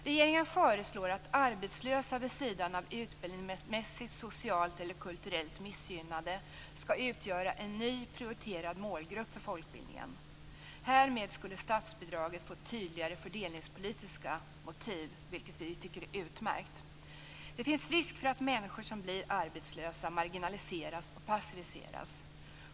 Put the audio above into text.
Regeringen föreslår att arbetslösa vid sidan av utbildningsmässigt, socialt eller kulturellt missgynnade skall utgöra en ny prioriterad målgrupp för folkbildningen. Härmed skulle statsbidraget få tydligare fördelningspolitiska motiv, vilket vi tycker är utmärkt. Det finns risk för att människor som blir arbetslösa marginaliseras och passiviseras.